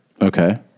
Okay